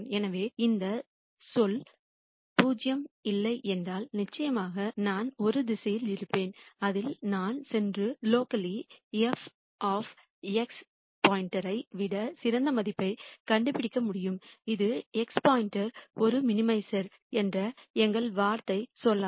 எனவே இந்த சொல் 0 இல்லையென்றால் நிச்சயமாக நான் ஒரு திசையில் இருப்பேன் அதில் நான் சென்று உள்நாட்டில் f x ஐ விட சிறந்த மதிப்பைக் கண்டுபிடிக்க முடியும் இது x ஒரு மினிமைசர் என்ற எங்கள் வாதத்தை செல்லாது